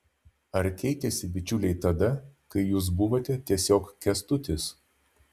ar keitėsi bičiuliai tada kai jūs buvote tiesiog kęstutis